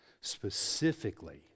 specifically